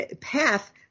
path